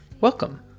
Welcome